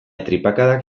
tripakadak